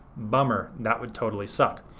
bummer, that would totally suck.